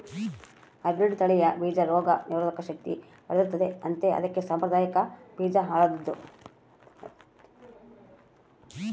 hybrid ತಳಿಯ ಬೀಜ ರೋಗ ನಿರೋಧಕ ಶಕ್ತಿ ಪಡೆದಿರುತ್ತದೆ ಅಂತೆ ಅದಕ್ಕೆ ಸಾಂಪ್ರದಾಯಿಕ ಬೀಜ ಹಾಳಾದ್ವು